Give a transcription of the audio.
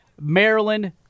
Maryland